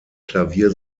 klavier